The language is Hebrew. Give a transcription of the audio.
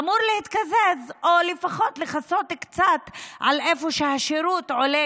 אמור להתקזז או לפחות לכסות קצת על איפה שהשירות עולה